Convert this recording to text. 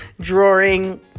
drawing